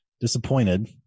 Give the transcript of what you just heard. disappointed